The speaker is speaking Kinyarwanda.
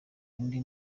indi